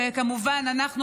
שכמובן אנחנו,